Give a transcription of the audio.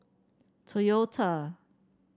Toyota